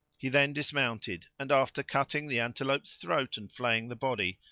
he then dismounted and, after cutting the antelope's throat and flaying the body,